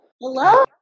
Hello